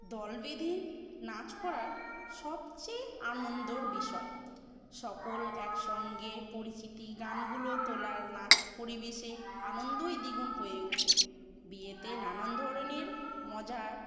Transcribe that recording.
দল বেঁধে নাচ করার সবচেয়ে আনন্দর বিষয় সকল একসঙ্গে পরিচিতি গানগুলো তোলার নাচ পরিবেশে আনন্দই দ্বিগুণ হয়ে ওঠে বিয়েতে নানান ধরনের মজার